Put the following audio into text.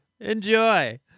Enjoy